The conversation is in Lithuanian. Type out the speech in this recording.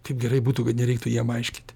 kaip gerai būtų kad nereiktų jiem aiškyt